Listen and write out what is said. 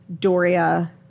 Doria